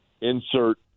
insert